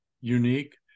unique